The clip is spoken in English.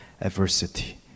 adversity